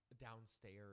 downstairs